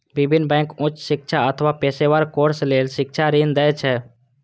विभिन्न बैंक उच्च शिक्षा अथवा पेशेवर कोर्स लेल शिक्षा ऋण दै छै